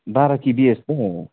बाह्र किबीहरूको जस्तो